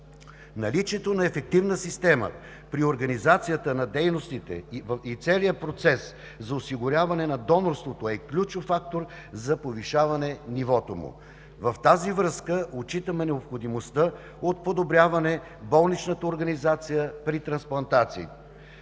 Наличието на ефективна система при организацията на дейностите и целия процес за осигуряване на донорството е ключов фактор за повишаване нивото му. В тази връзка отчитаме необходимостта от подобряване болничната организация при трансплантациите.